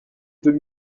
deux